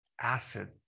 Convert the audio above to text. Acid